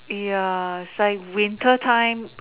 ya it's like winter time